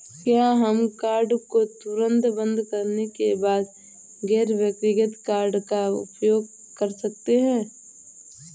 क्या हम कार्ड को तुरंत बंद करने के बाद गैर व्यक्तिगत कार्ड का उपयोग कर सकते हैं?